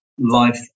life